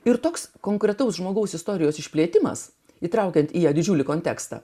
ir toks konkretaus žmogaus istorijos išplėtimas įtraukiant į ją didžiulį kontekstą